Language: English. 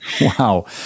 Wow